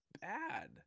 bad